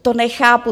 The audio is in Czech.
To nechápu.